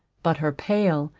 but her pale,